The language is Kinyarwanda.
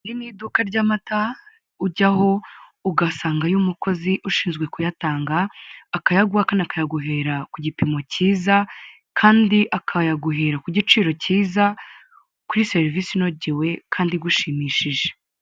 Iri ni iduka rw'amata ujyaho ugasangayo umukozi ushinzwe kuyatanga akayaguha kandi akayaguhera ku gipimo kiza kandi akayaguhera ku giciro kiza kuri serivise inogewe kandi igushimishije.